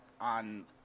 on